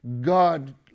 God